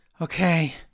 Okay